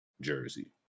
jersey